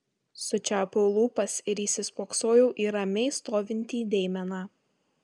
sučiaupiau lūpas ir įsispoksojau į ramiai stovintį deimeną